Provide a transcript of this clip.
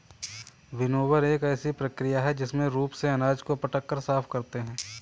winnower एक ऐसी प्रक्रिया है जिसमें रूप से अनाज को पटक कर साफ करते हैं